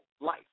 life